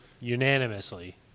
unanimously